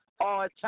all-time